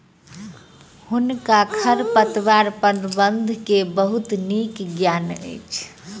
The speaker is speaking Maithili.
हुनका खरपतवार प्रबंधन के बहुत नीक ज्ञान अछि